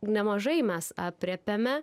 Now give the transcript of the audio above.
nemažai mes aprėpiame